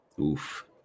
Oof